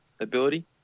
ability